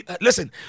Listen